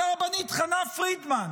על הרבנית חנה פרידמן,